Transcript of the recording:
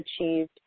achieved